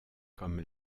comme